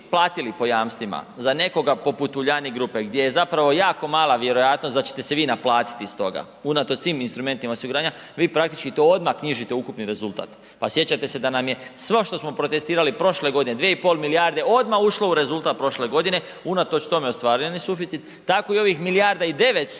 po jamstvima za nekoga poput Uljanik grupe gdje je zapravo jaka mala vjerojatnost da ćete se vi naplatiti iz toga unatoč svim instrumentima osiguranja, vi praktički to odmah knjižite u ukupni rezultat. Pa sjećate se da nam je sve ono što smo protestirali prošle godine, 2,5 milijarde odmah ušlo u rezultat prošle godine, unatoč tome ostvaren je suficit, tako i ovih milijarda i 900,